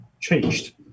changed